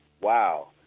Wow